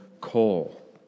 coal